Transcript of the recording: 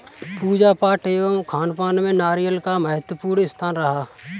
पूजा पाठ एवं खानपान में नारियल का महत्वपूर्ण स्थान रहा है